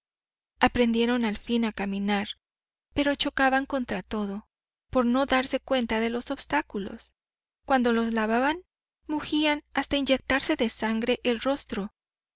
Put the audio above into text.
aprendieron al fin a caminar pero chocaban contra todo por no darse cuenta de los obstáculos cuando los lavaban mugían hasta inyectarse de sangre el rostro